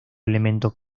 elemento